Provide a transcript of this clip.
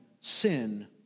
sin